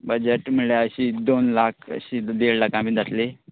budget म्हळ्ळ्या अशी दोन लाख अशी देड लाखा बीन जातली